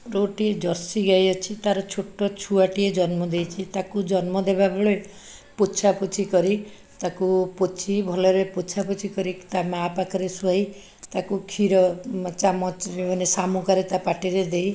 ମୋର ଗୋଟିଏ ଜର୍ସି ଗାଈ ଅଛି ତାର ଛୋଟ ଛୁଆଟିଏ ଜନ୍ମ ଦେଇଛି ତାକୁ ଜନ୍ମ ଦେବାବେଳେ ପୋଛାପୋଛି କରି ତାକୁ ପୋଛି ଭଲରେ ପୋଛାପୋଛି କରିକି ତା ମାଆ ପାଖରେ ଶୁଆଇ ତାକୁ କ୍ଷୀର ଚାମଚରେ ମାନେ ଶାମୁକାରେ ତା ପାଟିରେ ଦେଇ